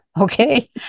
okay